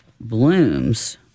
blooms